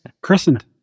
Christened